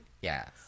Yes